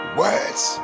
words